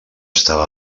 estava